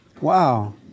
Wow